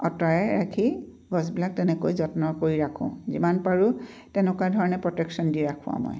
আঁতৰাই ৰাখি গছবিলাক তেনেকৈ যত্ন কৰি ৰাখোঁ যিমান পাৰোঁ তেনেকুৱা ধৰণে প্ৰটেকশ্যন দি ৰাখোঁ মই